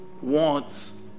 wants